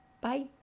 Bye